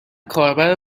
کاربر